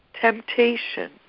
temptation